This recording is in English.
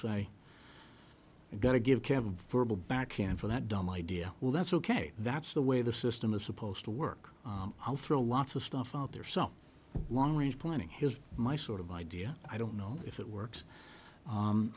you got to give kev a verbal backhand for that dumb idea well that's ok that's the way the system is supposed to work i'll throw lots of stuff out there so long range planning his my sort of idea i don't know if it works